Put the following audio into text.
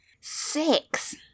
Six